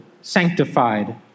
sanctified